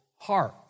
heart